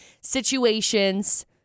situations